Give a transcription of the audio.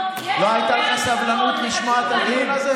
לא הייתה לך סבלנות לשמוע את הדיון הזה?